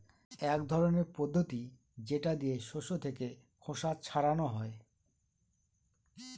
এক ধরনের পদ্ধতি যেটা দিয়ে শস্য থেকে খোসা ছাড়ানো হয়